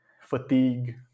fatigue